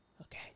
okay